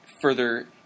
further